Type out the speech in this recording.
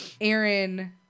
Aaron